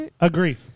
Agree